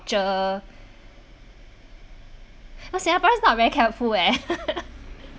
singaporeans not very careful eh